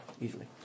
Easily